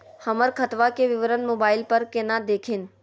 हमर खतवा के विवरण मोबाईल पर केना देखिन?